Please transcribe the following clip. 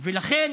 ולכן